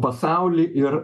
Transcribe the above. pasauly ir